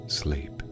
sleep